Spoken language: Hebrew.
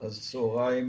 צוהריים